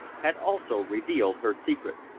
had also revealed her secret.